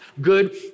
Good